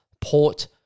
Port